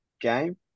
game